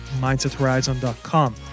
MindsetHorizon.com